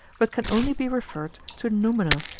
but can only be referred to noumena.